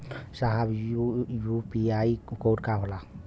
साहब इ यू.पी.आई कोड का होला?